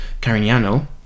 Carignano